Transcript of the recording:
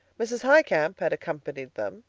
mrs. highcamp had accompanied them.